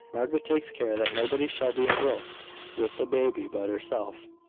margaret takes care that nobody shall be engrossed with the baby but herself.